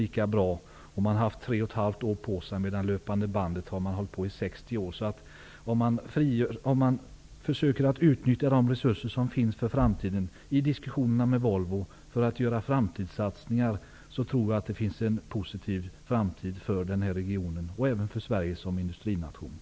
I Uddevalla har man haft tre och ett halvt år på sig, medan löpande bandet har funnits i 60 år. Om diskussionerna med Volvo inriktas på att de resurser som finns skall utnyttjas för nya satsningar, då tror jag att det finns en possitiv framtid för regionen och även för Sverige som industrination.